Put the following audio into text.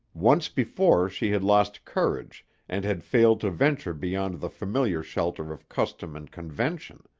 once before she had lost courage and had failed to venture beyond the familiar shelter of custom and convention.